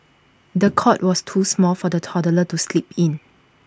the cot was too small for the toddler to sleep in